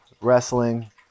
wrestling